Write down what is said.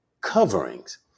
coverings